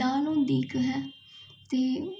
दाल होंदी ही इक हैं